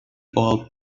walt